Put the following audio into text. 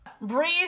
Breathe